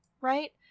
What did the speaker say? right